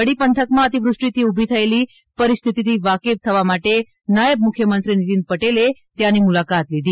કડી પંથકમાં અતિવૃષ્ટિથી ઊભી થયેલી પરિસ્થિતીથી વાકેફ થવા માટે નાયબ મુખ્યમંત્રી નિતિન પટેલે ત્યાંની મુલાકાત લીધી હતી